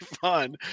fun